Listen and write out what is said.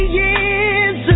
years